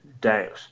doubt